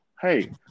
hey